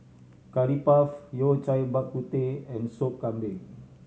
Curry Puff Yao Cai Bak Kut Teh and Sop Kambing